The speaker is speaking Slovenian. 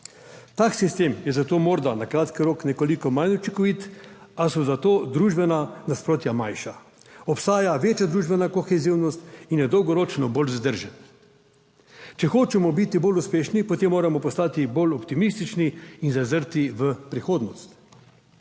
Tak sistem je zato morda na kratki rok nekoliko manj učinkovit, a so za to družbena nasprotja manjša. Obstaja večja družbena kohezivnost in je dolgoročno bolj vzdržen. Če hočemo biti bolj uspešni, potem moramo postati bolj optimistični in zazrti v prihodnost.